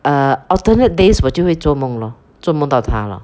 err alternate days 我就会做梦 lor 做梦到他 lor